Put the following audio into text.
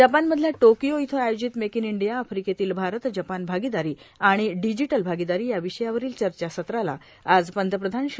जपानमधल्या टोकिओ इथं आयोजित मेक इन इंडिया आफ्रिकेतील भारत जपान भागीदारी आणि डिजिटल भागीदारी या विषयावरील चर्चासत्राला आज पंतप्रधान श्री